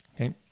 Okay